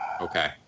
Okay